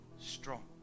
strong